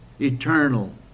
eternal